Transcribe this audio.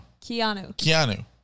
Keanu